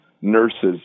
nurses